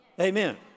Amen